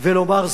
זה קרה.